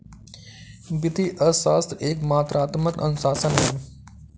वित्तीय अर्थशास्त्र एक मात्रात्मक अनुशासन है